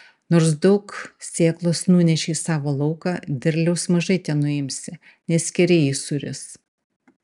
nors daug sėklos nuneši į savo lauką derliaus mažai tenuimsi nes skėriai jį suris